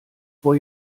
vor